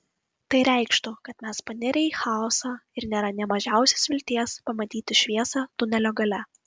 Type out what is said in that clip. tai reikštų kad mes panirę į chaosą ir nėra nė mažiausios vilties pamatyti šviesą tunelio gale